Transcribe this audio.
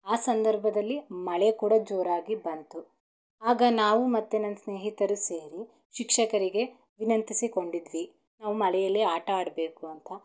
ಆ ಸಂದರ್ಭದಲ್ಲಿ ಮಳೆ ಕೂಡ ಜೋರಾಗಿ ಬಂತು ಆಗ ನಾವು ಮತ್ತು ನನ್ನ ಸ್ನೇಹಿತರು ಸೇರಿ ಶಿಕ್ಷಕರಿಗೆ ವಿನಂತಿಸಿಕೊಂಡಿದ್ವಿ ನಾವು ಮಳೆಯಲ್ಲಿ ಆಟ ಆಡಬೇಕು ಅಂತ